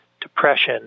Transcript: depression